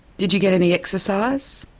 did you get any exercise?